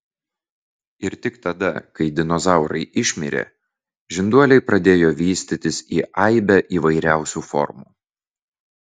ir tik tada kai dinozaurai išmirė žinduoliai pradėjo vystytis į aibę įvairiausių formų